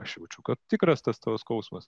aš jaučiu kad tikras tas tavo skausmas